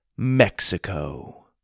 Mexico